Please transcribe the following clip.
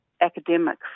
academic